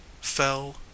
FELL